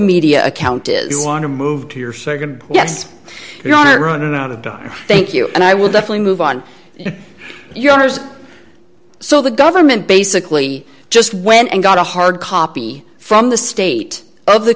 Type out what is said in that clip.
media account is you want to move to your nd yes we are running out of di thank you and i will definitely move on yours so the government basically just went and got a hard copy from the state of the